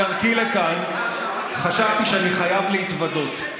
בדרכי לכאן חשבתי שאני חייב להתוודות.